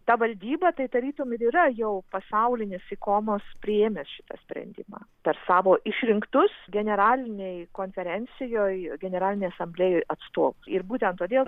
ta valdyba tai tarytum ir yra jau pasaulinis ikomos priėmęs šitą sprendimą per savo išrinktus generalinėj konferencijoj generalinėj asamblėjoj atstovus ir būtent todėl